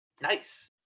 Nice